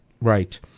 Right